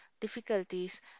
difficulties